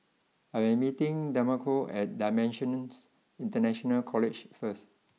I am meeting Demarco at dimensions International College first